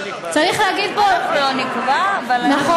צריך להגיד פה, נכון.